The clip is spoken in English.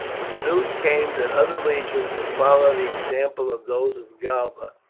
when the news came that other legions had followed the example of those of galba,